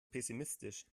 pessimistisch